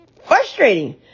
frustrating